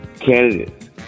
candidates